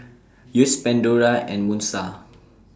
Yeo's Pandora and Moon STAR